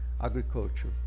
Agriculture